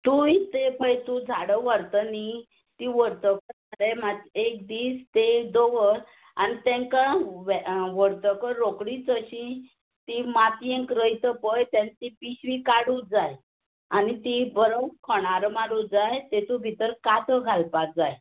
तुय ते पळय तूं झाडां वरता नी ती वरतकच मरे मात एक दीस तें दवर आनी तेंका व व्हरतकत रोकडीच अशीं तीं मातयेंत रोयत पळय तेन्ना ती पिश्वी काडूं जाय आनी ती बरो खणारो मारूं जाय तेतूंत भितर कातो घालपाक जाय